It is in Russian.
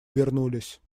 вернулись